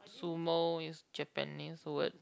sumo is Japanese word